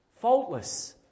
faultless